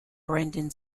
brendan